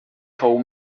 fou